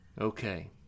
Okay